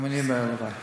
גם אני אומר הלוואי.